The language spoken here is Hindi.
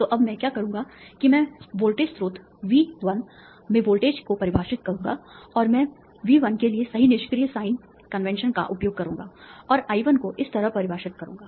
तो अब मैं क्या करूंगा कि मैं वोल्टेज स्रोत V1 में वोल्टेज को परिभाषित करूंगा और मैं V1 के लिए सही निष्क्रिय साइन कन्वेंशन का उपयोग करूंगा और I1 को इस तरह परिभाषित करूंगा